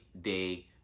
day